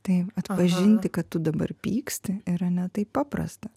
tai atpažinti kad tu dabar pyksti yra ne taip paprasta